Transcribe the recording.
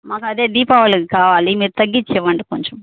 మాకు అదే దీపావళికి కావాలి మీరు తగ్గించి ఇవ్వండి కొంచెం